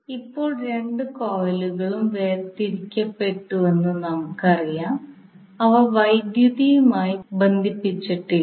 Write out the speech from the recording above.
ഇപ്പോൾ രണ്ട് കോയിലുകളും വേർതിരിക്കപ്പെട്ടുവെന്ന് നമുക്കറിയാം അവ വൈദ്യുതമായി ബന്ധിപ്പിച്ചിട്ടില്ല